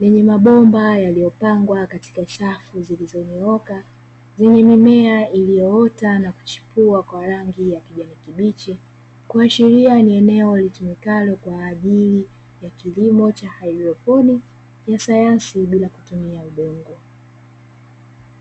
lenye mabomba yaliyopangwa katika safu zilizonyooka, zenye mimea iliyoota na kuchipua kwa rangi ya kijani kibichi. Kuashiria ni eneo litumikalo kwa ajili ya kilimo cha Haidroponi ya sayansi bila kutumia udongo.